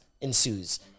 ensues